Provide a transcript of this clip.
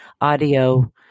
audio